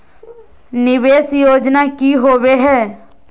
निवेस योजना की होवे है?